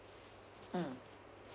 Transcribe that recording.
mm